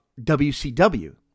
WCW